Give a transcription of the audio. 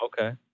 Okay